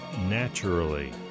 Naturally